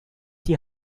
die